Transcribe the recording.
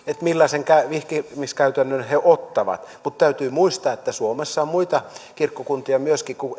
millaisen vihkimiskäytännön he he ottavat mutta täytyy muistaa että suomessa on muitakin kirkkokuntia kuin